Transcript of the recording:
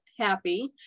happy